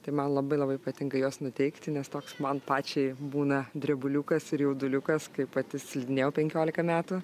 tai man labai labai patinka juos nuteikti nes toks man pačiai būna drebuliukas ir jauduliukas kai pati slidinėjau penkiolika metų